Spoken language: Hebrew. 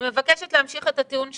אני מבקשת להמשיך את הטיעון שלי.